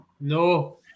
No